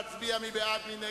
מי בעד ההסתייגות?